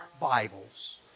Bibles